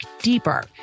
deeper